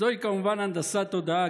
זוהי כמובן הנדסת תודעה,